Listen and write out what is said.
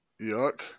Yuck